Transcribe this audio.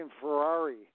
Ferrari